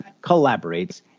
collaborates